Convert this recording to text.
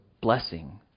blessing